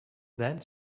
then